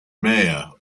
mayer